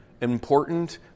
important